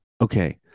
okay